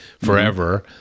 Forever